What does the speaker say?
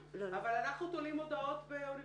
תולים מודעות באוניברסיטאות,